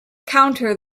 counter